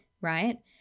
Right